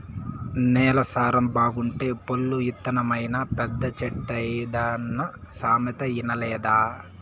నేల సారం బాగుంటే పొల్లు ఇత్తనమైనా పెద్ద చెట్టైతాదన్న సామెత ఇనలేదా